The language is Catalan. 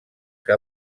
que